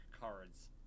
cards